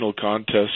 contest